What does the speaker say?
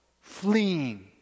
fleeing